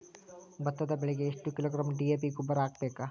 ಭತ್ತದ ಬೆಳಿಗೆ ಎಷ್ಟ ಕಿಲೋಗ್ರಾಂ ಡಿ.ಎ.ಪಿ ಗೊಬ್ಬರ ಹಾಕ್ಬೇಕ?